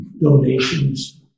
donations